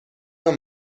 نوع